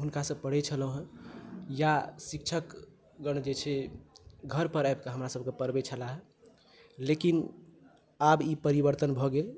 हुनकासँ पढै छलौ हैं या शिक्षकगण जे छै घर पर आबि कऽ हमरा सब कऽ पढ़बै छलाह लेकिन आब ई परिवर्तन भऽ गेल